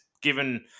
given